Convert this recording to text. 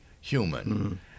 human